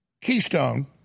Keystone